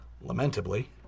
lamentably